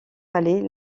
palais